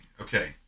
okay